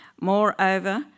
Moreover